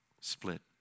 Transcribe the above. split